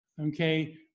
okay